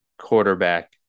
quarterback